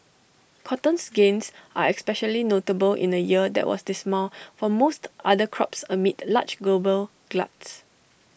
cotton's gains are especially notable in A year that was dismal for most other crops amid large global gluts